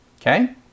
okay